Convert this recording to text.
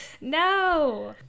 no